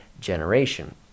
generation